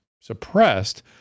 suppressed